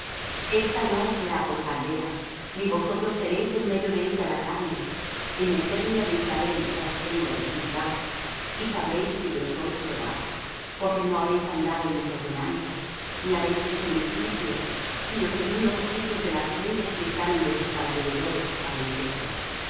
esta no os será por caldera ni vosotros seréis en medio de ella la carne en el término de israel os tengo de juzgar y sabréis que yo soy jehová porque no habéis andado en mis ordenanzas ni habéis hecho mis juicios sino según los juicios de las gentes que están en vuestros alrededores habéis hecho